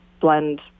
blend